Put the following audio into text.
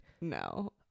no